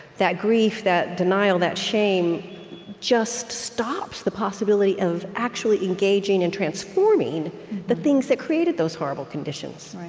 that grief, that denial, that shame just stops the possibility of actually engaging and transforming the things that created those horrible conditions.